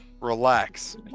relax